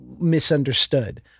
misunderstood